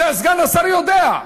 סגן השר יודע.